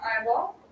eyeball